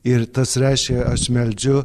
ir tas reiškė aš meldžiu